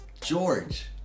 George